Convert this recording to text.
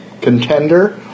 contender